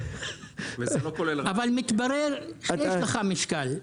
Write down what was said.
אבל מתברר שיש לך משקל.